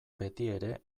betiere